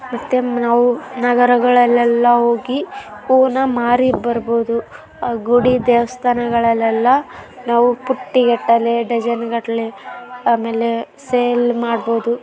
ಮತ್ತು ನಾವು ನಗರಗಳಲ್ಲೆಲ್ಲ ಹೋಗಿ ಹೂವನ್ನು ಮಾರಿ ಬರ್ಬೋದು ಆ ಗುಡಿ ದೇವಸ್ಥಾನಗಳಲ್ಲೆಲ್ಲ ನಾವು ಬುಟ್ಟಿಗಟ್ಟಲೇ ಡಜನ್ ಗಟ್ಟಲೇ ಆಮೇಲೆ ಸೇಲ್ ಮಾಡ್ಬೋದು